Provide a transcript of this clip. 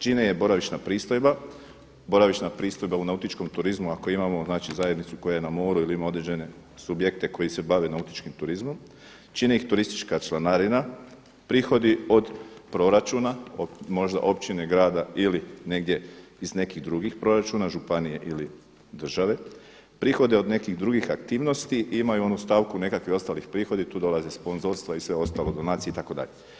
Čine je boravišna pristojba, boravišna pristojba u nautičkom turizmu ako imamo zajednicu koja je na moru ili ima određene subjekte koji se bave nautičkim turizmom, čine ih turistička članarina, prihodi od proračuna možda općine, grada ili negdje iz nekih drugih proračuna županije ili države, prihode od nekih drugih aktivnosti i imaju onu stavku nekakvi ostali prihodio tu dolaze sponzorstva i sve ostalo, donacije itd.